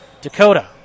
Dakota